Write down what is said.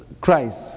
Christ